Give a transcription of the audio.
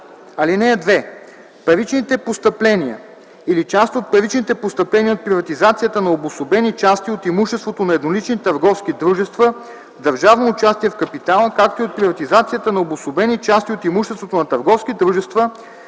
„(2) Паричните постъпления или част от паричните постъпления от приватизацията на обособени части от имуществото на еднолични търговски дружества с държавно участие в капитала, както и от приватизацията на обособени части от имуществото на търговски дружества,